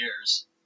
years